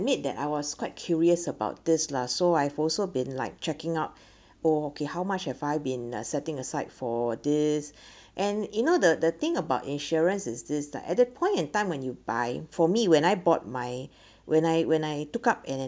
~mit that I was quite curious about this lah so I also been like checking up okay how much have I been setting aside for this and you know the the thing about insurance is this like at the point in time when you buy for me when I bought my when I when I took up in it